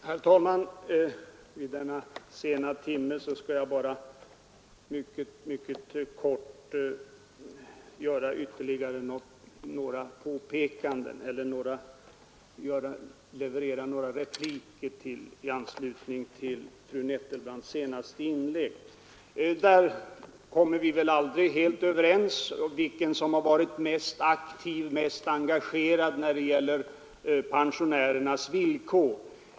Herr talman Vid denna sena timme skall jag bara mycket kort göra ytterligare några påpekanden i anslutning till fru Nettelbrandts senaste inlägg. Vi kommer väl aldrig överens om vilken som varit mest aktiv och engagerad när det gäller pensionärernas villkor.